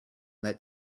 that